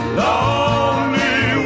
lonely